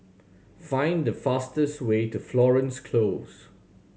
find the fastest way to Florence Close